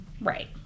right